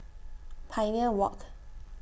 Pioneer Walk